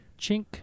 Chink